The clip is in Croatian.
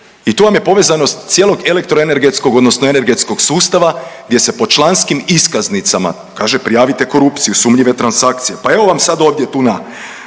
I tu vam je povezanost cijelog elektro energetskog odnosno energetskog sustava gdje se po članskim iskaznicama, kaže prijavite korupciju, sumnjive transakcije. Pa evo vam sad ovdje tu na